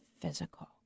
physical